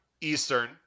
Eastern